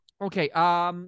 Okay